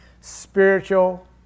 spiritual